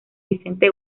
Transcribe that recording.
vicente